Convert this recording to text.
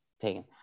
taken